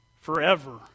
forever